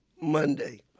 Monday